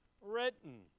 written